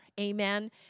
Amen